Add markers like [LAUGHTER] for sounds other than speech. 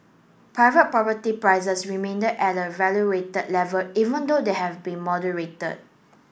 private property prices remain [UNINTELLIGIBLE] at an elevated level even though they have been moderated